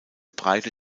breite